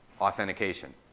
authentication